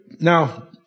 Now